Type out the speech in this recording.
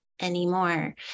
anymore